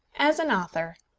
as an author,